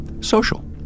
social